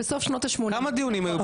בסוף שנות ה- 80. כמה דיונים היו?